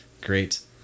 great